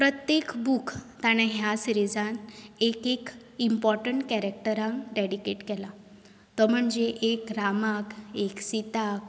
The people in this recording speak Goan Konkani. प्रत्येक बूक ताणें ह्या सिरिजान एक एक इम्पॉटंट कॅरॅक्टरांक डॅडिकेट केला तो म्हणजे एक रामाक एक सीताक